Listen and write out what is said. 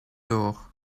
door